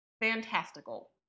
fantastical